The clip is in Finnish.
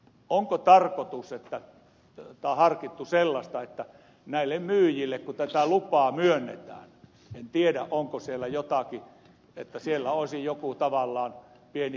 onko harkittu sellaista että näille myyjille kun lupaa myönnetään en tiedä onko siellä jotakin sellaista olisi tavallaan pieni testi